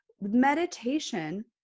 meditation